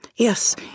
Yes